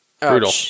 Brutal